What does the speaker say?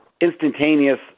Instantaneous